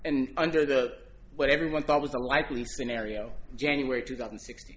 and under to what everyone thought was a likely scenario january two thousand and sixty